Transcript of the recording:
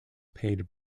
paid